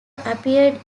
appeared